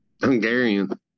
Hungarian